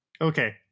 Okay